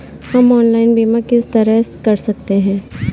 हम ऑनलाइन बीमा किस तरह कर सकते हैं?